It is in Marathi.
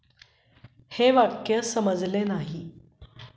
सखोल शेतीत प्रगत बियाणे व चांगले खत इत्यादींचा वापर कमी जमिनीवरच केला जातो